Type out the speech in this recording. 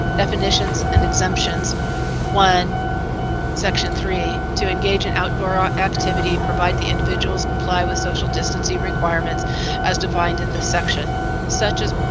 definitions and exemptions one section three, to engage in outdoor ah activity provide the individuals comply with social distancing requirements as defined in the section such as,